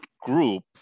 group